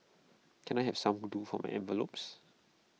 can I have some glue for my envelopes